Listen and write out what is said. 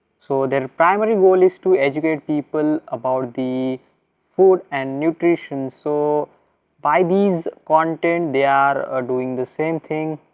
so their primary goal is to educate people about the food and nutrition. so by these content they are are doing the same thing.